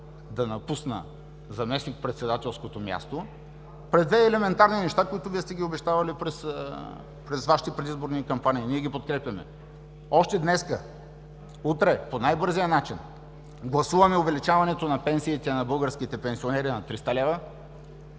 да напусна заместник-председателското място при две елементарни неща, които Вие сте обещавали при Вашите предизборни кампании, ние ги подкрепяме. Още днес, утре, по най-бързия начин гласуваме увеличаването на пенсиите на българските пенсионери на 300 лв.